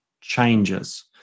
changes